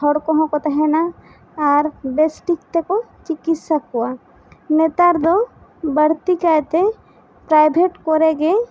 ᱦᱚᱲ ᱠᱚᱦᱚᱸ ᱠᱚ ᱛᱟᱦᱮᱱᱟ ᱟᱨ ᱵᱮᱥ ᱴᱷᱤᱠ ᱛᱮᱠᱚ ᱪᱤᱠᱤᱛᱥᱟ ᱠᱚᱣᱟ ᱱᱮᱛᱟᱨ ᱫᱚ ᱵᱟᱹᱲᱛᱤ ᱠᱟᱭ ᱛᱮ ᱯᱟᱨᱟᱭᱵᱷᱮᱴ ᱠᱚᱨᱮ ᱜᱮ